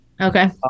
Okay